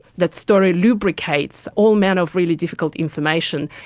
that story lubricates all manner of really difficult information,